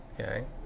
Okay